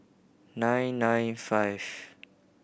nine nine five